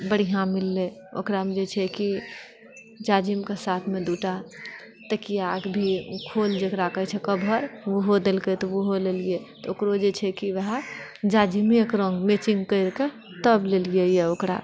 बढ़िआँ मिलले ओकरामे जे छै कि जाजिमके साथमे दू टा तकिआके भी खोल जेकरा कहैत छै कभर ओहो देलकय तऽ ओहो लेलियै तऽ ओकरो जे छै कि वएह जाजिमेके रङ्गके मैचिङ्ग करिके तब लेलियै ओकरा